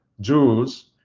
Jews